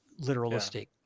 literalistic